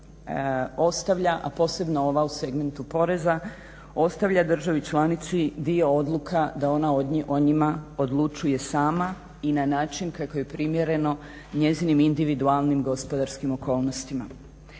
a posebno ova u segmentu poreza ostavlja državi članici dio odluka da ona o njima odlučuje sama i na način kako je primjereno njezinim individualnim gospodarskim okolnostima.